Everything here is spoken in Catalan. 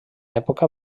època